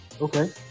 Okay